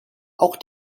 auch